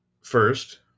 First